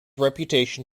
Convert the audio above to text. reputation